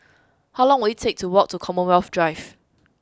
how long will it take to walk to Commonwealth Drive